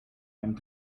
and